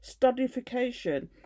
studification